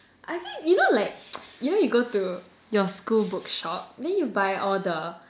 I keep you know like you know you go to your school bookshop then you buy all the